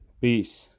Peace